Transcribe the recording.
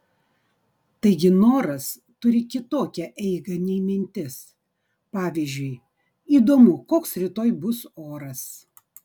taigi noras turi kitokią eigą nei mintis pavyzdžiui įdomu koks rytoj bus oras